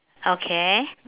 okay